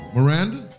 Miranda